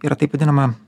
yra taip vadinama